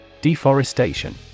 Deforestation